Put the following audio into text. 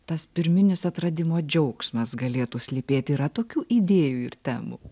tas pirminis atradimo džiaugsmas galėtų slypėti yra tokių idėjų ir temų